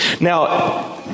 Now